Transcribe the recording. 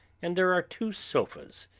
and there are two sofas.